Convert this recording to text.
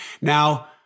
Now